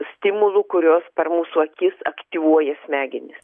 stimulų kuriuos per mūsų akis aktyvuoja smegenis